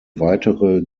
weitere